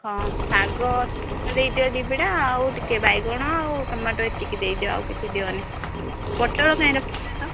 ହଁ ଶାଗ ଦେଇ ଦିଅ ଦୁଇ ବିଡ଼ା ଆଉ ଟିକେ ବାଇଗଣ ଆଉ ଟମାଟୋ ଏତିକି ଦେଇଦିଅ ଆଉ କିଛି ଦିଅନି ପୋଟଳ କାହିଁ ରଖିନ ତ